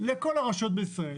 לכל הרשויות בישראל